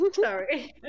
Sorry